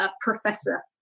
professor